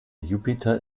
jupiter